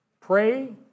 Pray